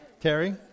Terry